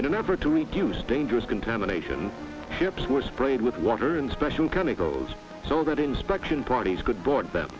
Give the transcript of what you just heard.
in an effort to reduce dangerous contamination ships were sprayed with water and special kind of goes so that inspection process could board th